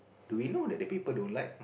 do we know that the people don't like